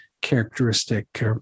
characteristic